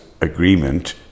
agreement